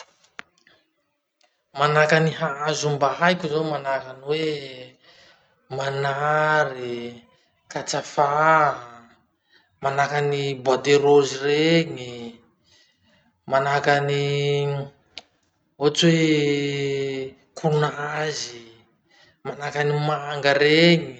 Manahaky any hazo mba haiko zao manahaky any hoe: manary, katrafà, manahaky any bois de rose regny, manahaky any ohatry hoe konazy, manahaky any manga reny.